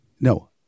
no